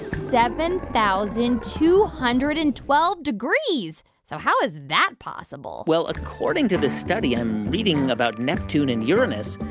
seven thousand two hundred and twelve degrees. so how is that possible? well, according to this study i'm reading about neptune and uranus,